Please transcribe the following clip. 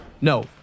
No